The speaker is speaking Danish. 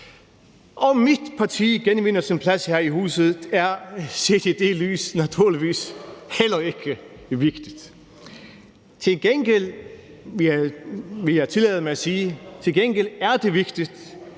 Om mit parti genvinder sin plads her i huset, er set i det lys naturligvis heller ikke vigtigt. Til gengæld vil jeg tillade mig at sige, at det er vigtigt